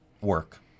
work